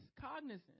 cognizant